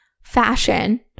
fashion